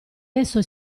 esso